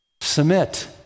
submit